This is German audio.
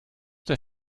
der